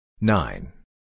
Nine